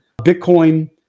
Bitcoin